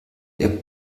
der